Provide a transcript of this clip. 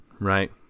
right